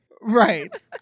Right